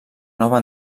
nova